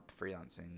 freelancing